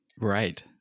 Right